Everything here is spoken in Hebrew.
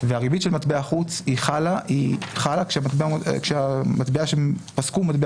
הריבית של מטבע חוץ חלה כאשר המטבע שפסקו היא מטבע